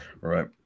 right